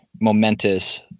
momentous